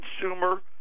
consumer